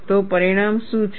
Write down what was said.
તો પરિણામ શું છે